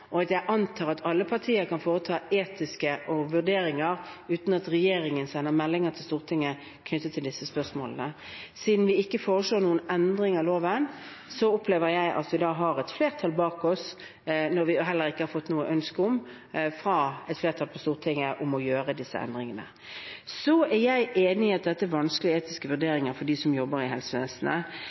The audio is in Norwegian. knyttet til disse spørsmålene. Siden vi ikke foreslår noen endring av loven, opplever jeg at vi har et flertall bak oss – når vi da heller ikke har fått noe ønske, fra et flertall på Stortinget, om å gjøre disse endringene. Så er jeg enig i at dette er vanskelige etiske vurderinger for dem som jobber i helsevesenet.